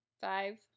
Five